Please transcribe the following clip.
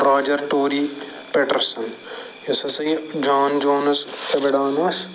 Roger Tory Peterson یُس ہَسا یہِ جان جانز تہٕ بِڑان اوس